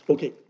Okay